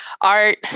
art